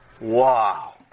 Wow